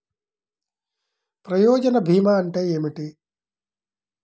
ప్రయోజన భీమా అంటే ఏమిటి?